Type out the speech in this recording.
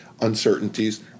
uncertainties